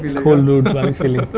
cool dude feeling.